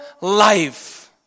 life